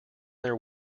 their